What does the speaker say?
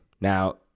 now